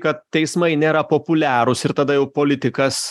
kad teismai nėra populiarūs ir tada jau politikas